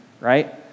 right